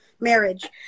marriage